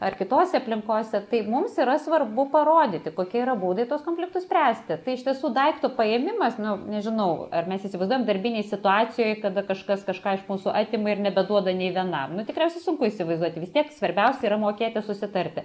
ar kitose aplinkose tai mums yra svarbu parodyti kokie yra būdai tuos konfliktus spręsti tai iš tiesų daikto paėmimas nu nežinau ar mes įsivaizduojam darbinėj situacijoj kada kažkas kažką iš mūsų atima ir nebeduoda nei vienam nu tikriausiai sunku įsivaizduoti vis tiek svarbiausia yra mokėti susitarti